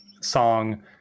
song